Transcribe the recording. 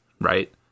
right